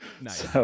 Nice